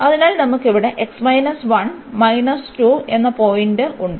അതിനാൽ നമുക്ക് ഇവിടെ എന്ന പോയിന്റ് ഉണ്ട്